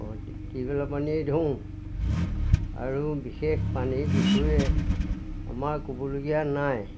অঁ টিউৱ বেলৰ পানীয়েই ধোওঁ আৰু বিশেষ পানীৰ বিষয়ে আমাৰ ক'বলগীয়া নাই